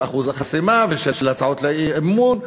של אחוז החסימה ושל הצעות אי-אמון,